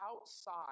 outside